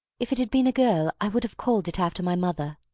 if it had been a girl, i would have called it after my mother.